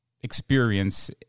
experience